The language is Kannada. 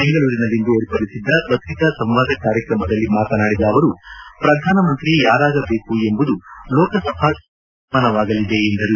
ಬೆಂಗಳೂರಿನಲ್ಲಿಂದು ಏರ್ಪಡಿಸಿದ್ದ ಪತ್ರಿಕಾ ಸಂವಾದ ಕಾರ್ಯಕ್ರಮದಲ್ಲಿ ಮಾತನಾಡಿದ ಅವರು ಪ್ರಧಾನಮಂತ್ರಿ ಯಾರಾಗಬೇಕು ಎಂಬುದು ಲೋಕಸಭಾ ಚುನಾವಣೆಯ ಬಳಿಕ ತೀರ್ಮಾನವಾಗಲಿದೆ ಎಂದರು